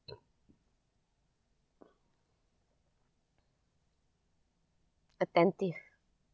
attentive